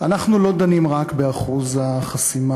אנחנו לא דנים רק באחוז החסימה,